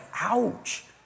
ouch